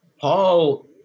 Paul